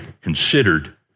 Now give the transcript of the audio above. considered